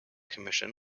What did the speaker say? commission